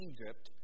Egypt